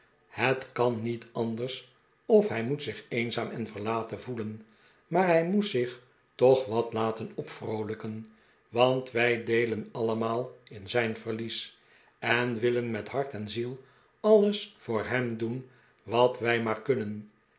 het kan niet anders of hij moet zieh eenzaam en verlaten voelen maar hij moest zich toch wat laten opvroolijken want wij deelen allemaal in zijn verlies en willen met hart en ziel alles voor hem doen wat wij maar knnnen